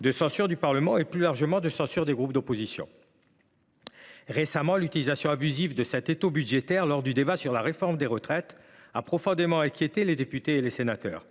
de censure du Parlement, en particulier des groupes de l’opposition. Récemment, l’utilisation abusive de cet étau budgétaire lors du débat sur la réforme des retraites a profondément inquiété députés et sénateurs.